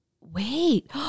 wait